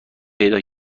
پیدا